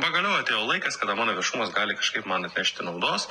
pagaliau atėjo laikas kada mano viešumas gali kažkaip man atnešti naudos